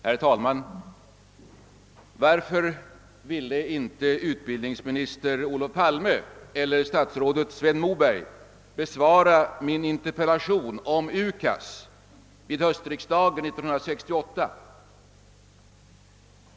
Herr talman! Varför ville inte utbildningsminister Olof Palme eller statsrådet Sven Moberg besvara min interpellation om UKAS vid höstriksdagen 1968?